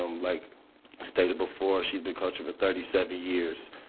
um like stated before, she's been coaching for thirty seven years,